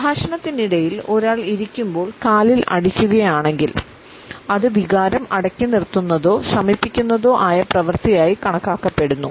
സംഭാഷണത്തിനിടയിൽ ഒരാൾ ഇരിക്കുമ്പോൾ കാലിൽ അടിക്കുകയാണെങ്കിൽ അത് വികാരം അടക്കി നിർത്തുന്നതോ ശമിപ്പിക്കുന്നതോ ആയ പ്രവർത്തിയായി കണക്കാക്കപ്പെടുന്നു